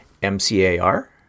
M-C-A-R